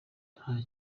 nta